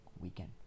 weekend